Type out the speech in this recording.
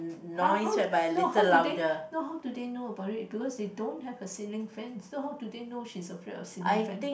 how how to no how do they no how do they know about it because they don't have a ceiling fans so how do they know she's afraid of ceiling fans